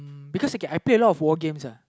uh because I play a lot of war games uh